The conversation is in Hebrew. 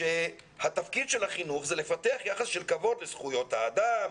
שהתפקיד של החינוך זה לפתח יחס של כבוד לזכויות האדם,